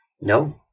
no